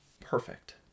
Perfect